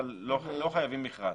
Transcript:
אבל לא חייבים מכרז.